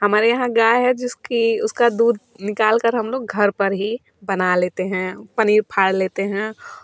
हमारे यहाँ गाय है जिसकी उसका दूध निकालकर हम लोग घर पर ही बना लेते हैं पनीर फाड़ लेते हैं